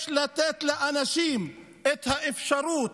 יש לתת לאנשים את האפשרות,